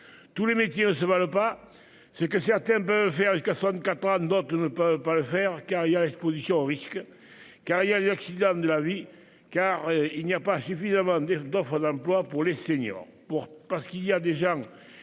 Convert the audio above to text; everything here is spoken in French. Tous les métiers ne se valent pas. Ce que certains peuvent faire jusqu'à 64 ans, d'autres ne le peuvent pas. Il y a l'exposition au risque. Il y a les accidents de la vie. Il y a le manque d'offres d'emploi pour les seniors.